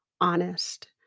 honest